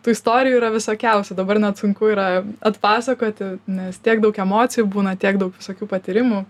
tų istorijų yra visokiausių dabar net sunku yra atpasakoti nes tiek daug emocijų būna tiek daug visokių patyrimų